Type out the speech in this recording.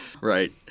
Right